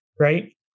right